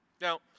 Now